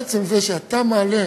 עצם זה שאתה מעלה